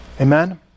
Amen